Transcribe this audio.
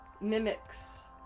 mimics